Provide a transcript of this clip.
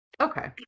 Okay